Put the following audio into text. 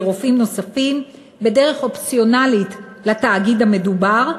רופאים נוספים בדרך אופציונלית לתאגיד המדובר,